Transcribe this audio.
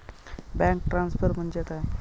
Bank transfer म्हणजे काय?